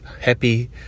happy